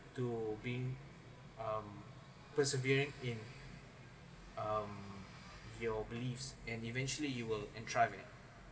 to being um persevering in um your beliefs and eventually you will and thrive it